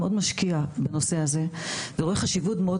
מאוד משקיע בנושא הזה ורואה חשיבות מאוד